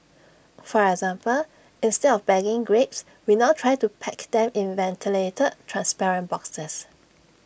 for example instead of bagging grapes we now try to pack them in ventilated transparent boxes